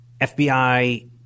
FBI